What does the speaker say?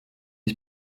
est